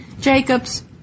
Jacobs